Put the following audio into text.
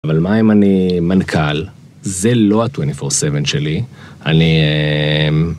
אבל מה אם אני מנכ״ל? זה לא ה24/7 שלי. אני...